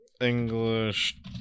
English